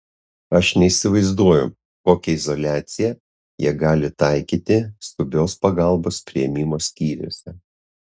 aš neįsivaizduoju kokią izoliaciją jie gali taikyti skubios pagalbos priėmimo skyriuose